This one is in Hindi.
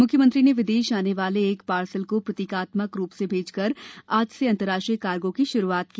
मुख्यमंत्री ने विदेश जाने वाले एक पार्सल को प्रतीकात्मक रूप से भेज कर आज से अंतर्राष्ट्रीय कार्गो की शुरुआत की